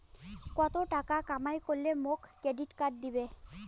কত টাকা কামাই করিলে মোক ক্রেডিট কার্ড দিবে?